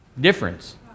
difference